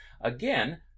again